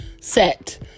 set